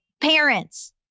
parents